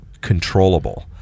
controllable